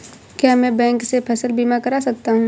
क्या मैं बैंक से फसल बीमा करा सकता हूँ?